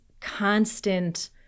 constant